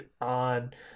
odd